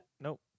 Nope